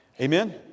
Amen